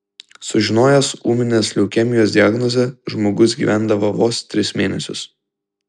sužinojęs ūminės leukemijos diagnozę žmogus gyvendavo vos tris mėnesius